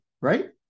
right